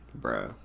Bro